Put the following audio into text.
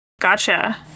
Gotcha